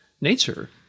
nature